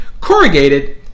corrugated